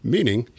Meaning